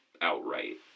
outright